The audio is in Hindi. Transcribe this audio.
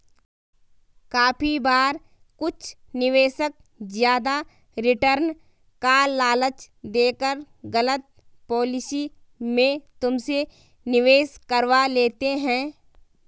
काफी बार कुछ निवेशक ज्यादा रिटर्न का लालच देकर गलत पॉलिसी में तुमसे निवेश करवा लेते हैं